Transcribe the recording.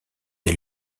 des